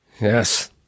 Yes